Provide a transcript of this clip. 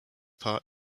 part